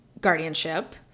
guardianship